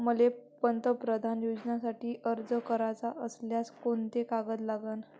मले पंतप्रधान योजनेसाठी अर्ज कराचा असल्याने कोंते कागद लागन?